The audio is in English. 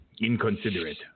Inconsiderate